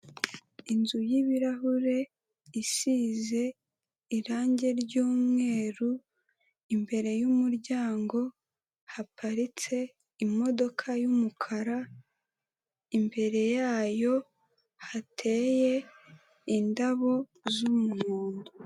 Inzu y'ibirahure isize irangi ry'umweru, imbere y'umuryango haparitse imodoka y'umukara, imbere yayo hateye indabo z'umuhondo.